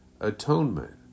atonement